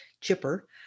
chipper